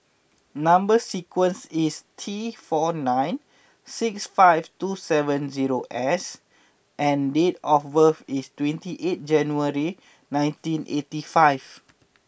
number sequence is T four nine six five two seven zero S and date of birth is twenty eighth January nineteen eighty five